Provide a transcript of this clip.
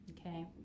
Okay